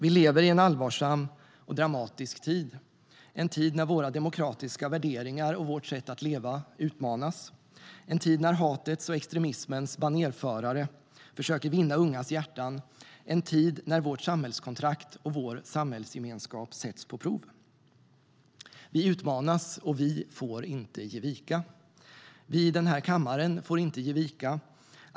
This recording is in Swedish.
Vi lever i en allvarsam och dramatisk tid, en tid när våra demokratiska värderingar och vårt sätt att leva utmanas, en tid när hatets och extremismens banerförare försöker vinna ungas hjärtan, en tid när vårt samhällskontrakt och vår samhällsgemenskap sätts på prov. Vi utmanas, och vi får inte ge vika. Vi i den här kammaren får inte ge vika.